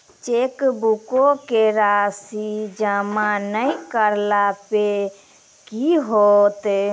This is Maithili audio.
चेकबुको के राशि जमा नै करला पे कि होतै?